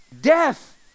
Death